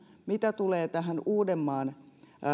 mitä tulee tähän uudenmaan